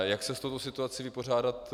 Jak se s touto situací vypořádat?